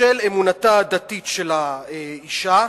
בשל אמונתה הדתית של האשה,